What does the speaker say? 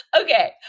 Okay